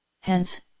Hence